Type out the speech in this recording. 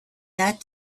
that